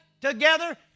together